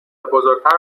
بزرگتر